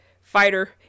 fighter